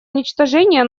уничтожения